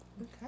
Okay